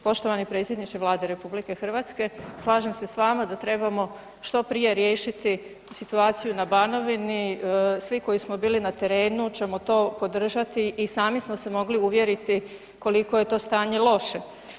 Poštovani predsjedniče Vlade RH, slažem se s vama da trebamo što prije riješiti situaciju na Banovini, svi koji smo bili na terenu ćemo to podržati i sami smo se mogli uvjeriti koliko je to stanje loše.